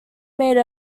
made